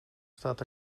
staat